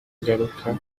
bagaruka